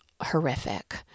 horrific